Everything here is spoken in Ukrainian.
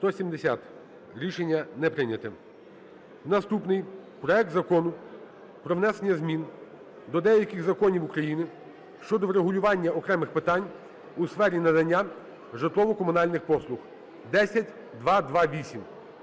Рішення не прийнято. Наступний. Проект Закону про внесення змін до деяких законів України щодо врегулювання окремих питань у сфері надання житлово-комунальних послуг (10228).